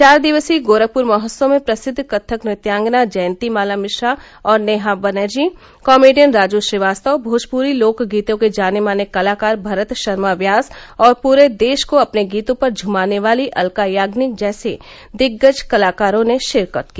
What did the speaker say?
चार दिवसीय गोरखपुर महोत्सव में प्रसिद्ध कथक नृत्यांगना जयंती माला मिश्रा और नेहा बनर्जी कॉमेडियन राजू श्रीवास्तव भोजपुरी लोकगीतों के जाने माने कलाकार भरत ार्मा व्यास और पूरे देश को अपने गीतों पर झमाने वाली अल्का याग्निक जैसे दिग्गज कलाकारों ने शिरकत की